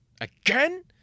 again